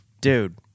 Dude